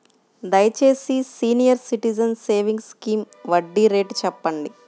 దయచేసి senior citizens savings scheme వడ్డీ rate చెప్పండి